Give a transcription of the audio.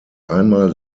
einmal